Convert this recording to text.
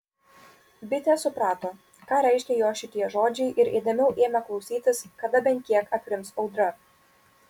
bitė suprato ką reiškia jos šitie žodžiai ir įdėmiau ėmė klausytis kada bent kiek aprims audra